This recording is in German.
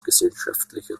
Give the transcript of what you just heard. gesellschaftlicher